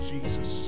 Jesus